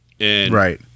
Right